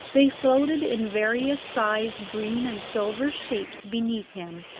they floated in various-sized green and silver shapes beneath him,